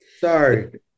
Sorry